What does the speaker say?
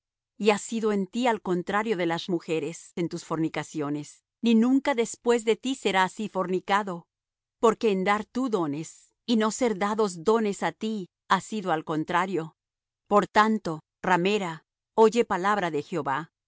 y ha sido en ti al contrario de las mujeres en tus fornicaciones ni nunca después de ti será así fornicado porque en dar tú dones y no ser dados dones á ti ha sido al contrario por tanto ramera oye palabra de jehová